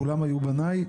כולם היו בניי.